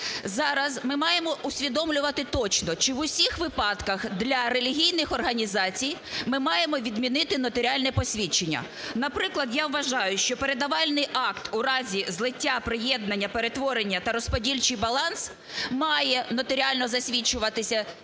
Зараз ми маємо усвідомлювати точно, чи в усіх випадках для релігійних організацій ми маємо відмінити нотаріальне посвідчення. Наприклад, я вважаю, що передавальний акт в разі злиття, приєднання, перетворення та розподільчий баланс має нотаріально засвідчуватися, вірніше